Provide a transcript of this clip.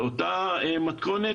באותה מתכונת.